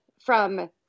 from-